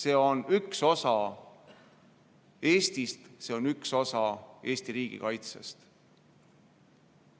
See on üks osa Eestist, see on üks osa Eesti riigikaitsest.